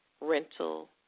rental